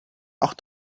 auch